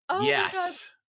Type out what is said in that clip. Yes